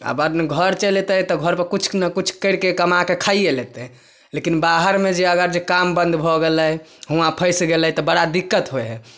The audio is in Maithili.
अपन घर चैल अयतै तऽ घर पर किछु ने किछु करिके कमा कऽ खाइए लेतै लेकिन बाहरमे जे अगर जे काम बन्द भऽ गेलै हुआँ फैसि गेलै तऽ बड़ा दिक्कत होइ हइ